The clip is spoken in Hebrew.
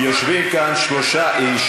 יושבים כאן שלושה איש,